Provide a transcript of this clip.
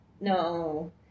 No